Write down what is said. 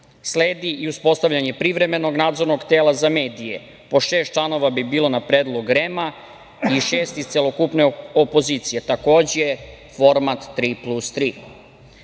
Sledi i uspostavljanje privremenog nadzornog tela za medije, po šest članova bi bilo na predlog REM-a, i šest iz celokupne opozicije, takođe format „tri plus